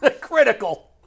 Critical